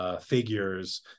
figures